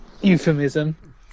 euphemism